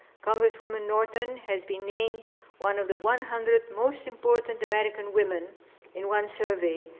congresswoman norton has been named one of the one hundred most important american women in one survey,